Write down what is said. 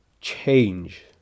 change